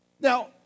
Now